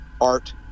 Art